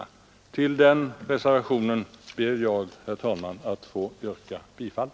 Till den reservationen ber jag, herr talman, att få yrka bifall.